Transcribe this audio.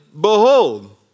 Behold